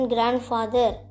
Grandfather